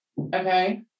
Okay